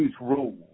rules